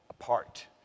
apart